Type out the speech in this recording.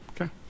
Okay